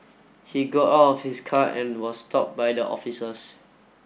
he got out of his car and was stopped by the officers